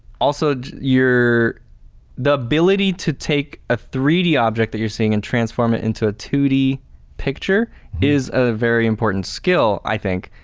also, the ability to take a three d object that you're seeing and transform it into a two d picture is a very important skill, i think.